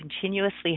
continuously